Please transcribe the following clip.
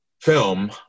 film